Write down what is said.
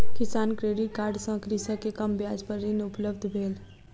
किसान credit card सँ कृषक के कम ब्याज पर ऋण उपलब्ध भेल